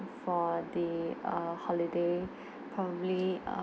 for the err holiday probably err